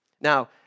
Now